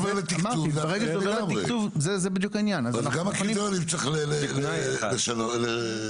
אז גם את זה צריך להסדיר.